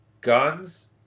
Guns